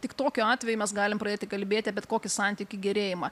tik tokiu atveju mes galim pradėti kalbėti apie bet kokį santykių gerėjimą